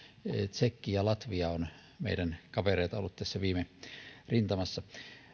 tsekki ja latvia ovat meidän kavereita olleet tässä viime rintamassa